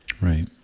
Right